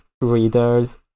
readers